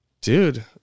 dude